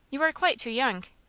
you are quite too young.